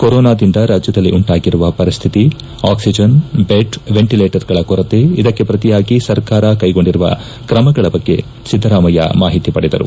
ಕೊರೋನಾದಿಂದ ರಾಜ್ಯದಲ್ಲಿ ಉಂಟಾಗಿರುವ ಪರಿಸ್ಹಿತಿ ಆಕ್ಸಿಜನ್ ಬೆಡ್ ವೆಂಟಿಲೇಟರ್ ಗಳ ಕೊರತೆ ಇದಕ್ಕೆ ಪ್ರತಿಯಾಗಿ ಸರ್ಕಾರ ಕೈಗೊಂಡಿರುವ ಕ್ರಮಗಳ ಬಗ್ಗೆ ಸಿದ್ದರಾಮಯ್ಯ ಮಾಹಿತಿ ಪಡೆದರು